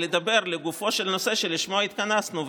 לדבר לגופו של הנושא שלשמו התכנסנו,